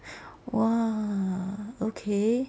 !wah! okay